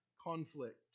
conflict